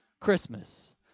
Christmas